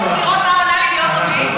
היית צריך לראות מה הוא ענה לי ביום רביעי.